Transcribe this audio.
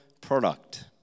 product